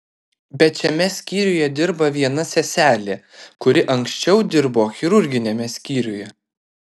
bet šiame skyriuje dirba viena seselė kuri anksčiau dirbo chirurginiame skyriuje